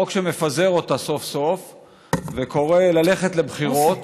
חוק שמפזר אותה סוף-סוף וקורא ללכת לבחירות,